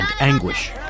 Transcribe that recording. anguish